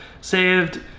saved